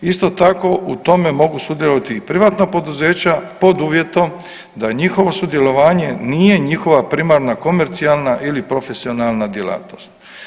Isto tako u tome mogu sudjelovati i privatna poduzeća pod uvjetom da njihov sudjelovanje nije njihova primarna komercijalna ili profesionalna djelatnost.